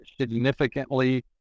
significantly